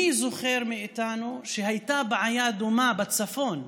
מי מאיתנו זוכר שהייתה בעיה דומה בצפון?